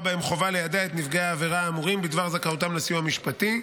בהם חובה ליידע את נפגעי העבירה האמורים בדבר זכאותם לסיוע משפטי.